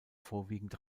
vorwiegend